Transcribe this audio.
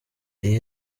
iyi